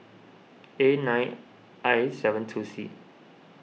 A nine I seven two C